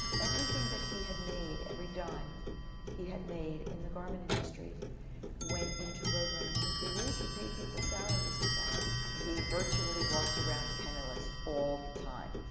everything that he had made, every dime he had made in the garment industry went into road runners. and for years he paid people's salaries with that money. he virtually walked around penniless all the time.